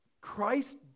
Christ